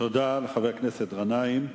תודה לחבר הכנסת גנאים.